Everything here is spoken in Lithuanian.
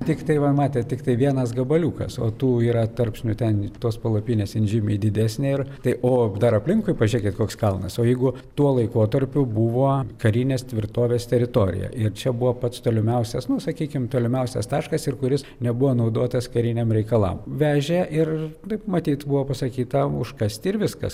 tiktai va matėt tiktai vienas gabaliukas o tų yra tarpsnių ten į tuos palapinėse žymiai didesnė ir tai o dar aplinkui pažiūrėkit koks kalnas o jeigu tuo laikotarpiu buvo karinės tvirtovės teritorija ir čia buvo pats tolimiausias nu sakykime tolimiausias taškas ir kuris nebuvo naudotas kariniam reikalam vežė ir taip matyt buvo pasakyta užkąsti ir viskas